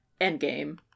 Endgame